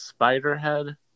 Spiderhead